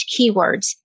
keywords